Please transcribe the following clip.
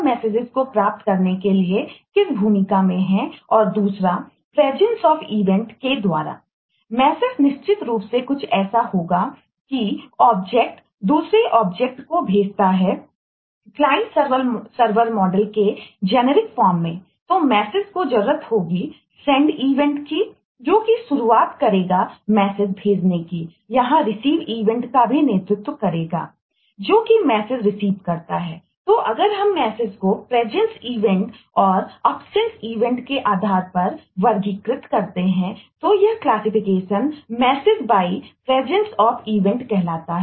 message निश्चित रूप से कुछ ऐसा होगा कि एक ऑब्जेक्ट कहलाता है